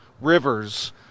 rivers